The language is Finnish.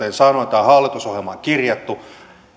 sanoin tämä on hallitusohjelmaan kirjattu